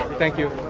thank you.